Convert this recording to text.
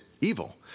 evil